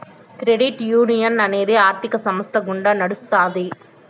credit union అనేది ఆర్థిక సంస్థ గుండా నడుత్తాది